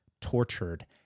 tortured